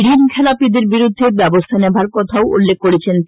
ঋণ খেলাপিদের বিরুদ্ধে ব্যবস্থা নেবার কথাও উল্লেখ করেছেন তিনি